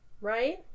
right